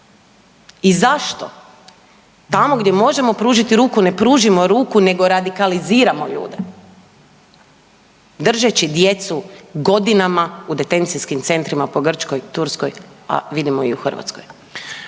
i zašto tamo gdje možemo pružiti ruku ne pružimo ruku nego radikaliziramo ljude držeći djecu godinama u detencijskim centrima po Grčkoj, Turskoj, a vidimo i u Hrvatskoj.